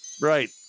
Right